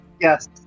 Yes